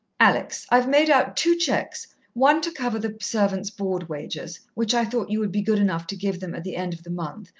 alex, i've made out two cheques one to cover the servants' board wages, which i thought you would be good enough to give them at the end of the month,